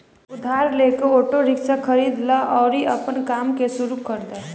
उधार लेके auto rickshaw खरीद लअ अउरी आपन काम के शुरू कर दअ